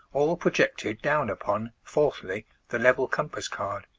all projected down upon four thly the level compass card.